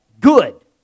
good